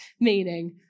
meaning